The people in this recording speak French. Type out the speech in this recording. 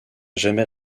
jamais